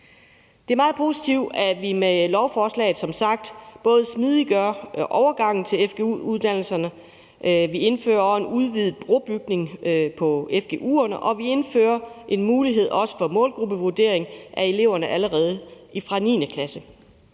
Det er meget positivt, at vi med lovforslaget som sagt både smidiggør overgangen til fgu-uddannelserne, at vi indfører en udvidet brobygning på fgu-uddannelserne, og at vi også indfører en mulighed for målgruppevurdering af eleverne allerede fra 9. klasse.